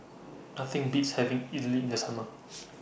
Nothing Beats having Idili in The Summer